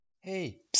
Hey